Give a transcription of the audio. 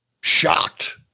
shocked